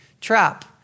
trap